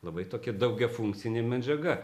labai tokia daugiafunkcinė medžiaga